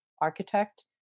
architect